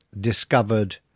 discovered